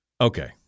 Okay